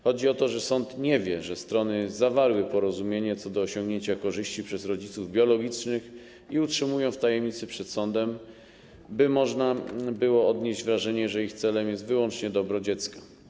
Chodzi o to, że sąd nie wie, że strony zawarły porozumienie co do osiągnięcia korzyści przez rodziców biologicznych i utrzymują to w tajemnicy przed sądem, tak by można było odnieść wrażenie, że ich celem jest wyłącznie dobro dziecka.